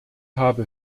habe